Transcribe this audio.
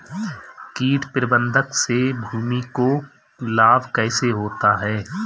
कीट प्रबंधन से भूमि को लाभ कैसे होता है?